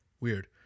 weird